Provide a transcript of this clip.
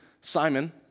Simon